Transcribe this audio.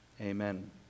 Amen